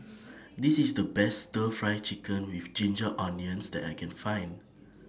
This IS The Best Stir Fry Chicken with Ginger Onions that I Can Find